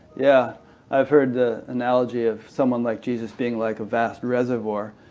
yeah i've heard analogy of someone like jesus being like a vast reservoir,